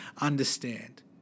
understand